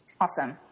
Awesome